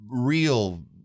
real